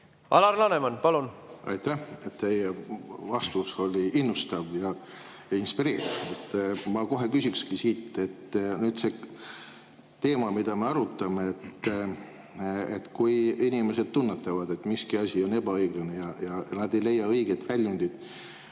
Alar Laneman, palun! Aitäh! Teie vastus oli innustav ja inspireeriv. Ma kohe küsiksin siit, et see teema, mida me arutame, et kui inimesed tunnetavad, et miski asi on ebaõiglane ja nad ei leia õiget väljundit